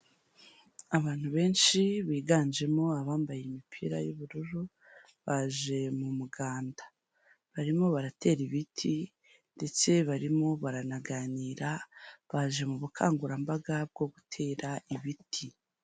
Abantu benshi biganjemo abambaye imipira y'ubururu, baje mu muganda. Barimo baratera ibiti ndetse barimo baranaganira, baje mu bukangurambaga bwo gutera ibiti.